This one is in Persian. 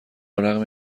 رغم